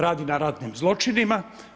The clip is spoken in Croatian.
Radi na ratnim zločinima.